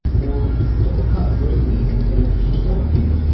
or just cut greatly and say, she helped me,